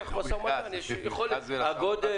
בכל משא ומתן יש יכולת --- הגודל